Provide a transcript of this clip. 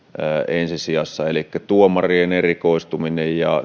ensi sijassa elikkä tuomarien erikoistumisella ja